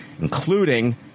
including